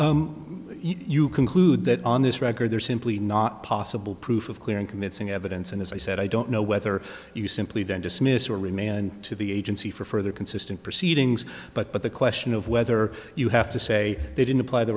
do you conclude that on this record there's simply not possible proof of clear and convincing evidence and as i said i don't know whether you simply then dismiss or remand to the agency for further consistent proceedings but the question of whether you have to say they didn't apply t